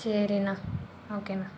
சரிண்ணா ஓகேண்ணா